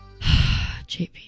JP